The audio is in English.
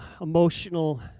emotional